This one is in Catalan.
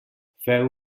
feu